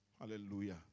Hallelujah